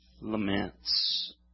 laments